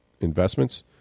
investments